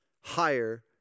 higher